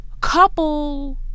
couple